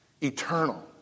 eternal